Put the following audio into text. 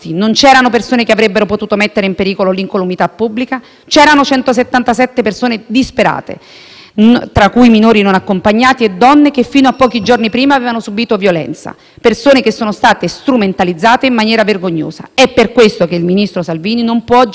tra cui minori non accompagnati e donne che fino a pochi giorni prima avevano subito violenza. Si tratta di persone che sono state strumentalizzate in maniera vergognosa. È per questo motivo che il ministro Salvini non può oggi opporre lo scudo che gli viene dalla sua attività di Ministro e deve poter essere giudicato da una magistratura competente e autonoma